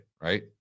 right